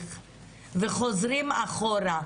התהליך וחוזרים אחורה.